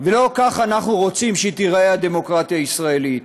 ולא כך אנחנו רוצים שתיראה הדמוקרטיה הישראלית,